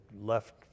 left